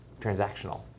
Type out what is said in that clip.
transactional